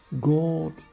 god